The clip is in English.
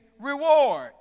reward